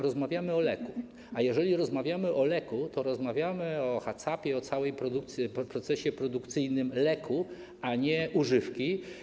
Rozmawiamy o leku, a jeżeli rozmawiamy o leku, to rozmawiamy o HACCAP-ie, o całym procesie produkcyjnym leku, a nie używki.